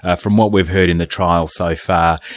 ah from what we've heard in the trial so far,